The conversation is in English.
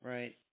Right